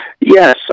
Yes